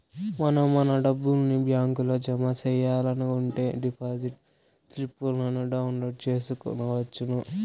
మనం మన డబ్బుని బ్యాంకులో జమ సెయ్యాలనుకుంటే డిపాజిట్ స్లిప్పులను డౌన్లోడ్ చేసుకొనవచ్చును